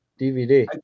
DVD